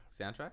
soundtrack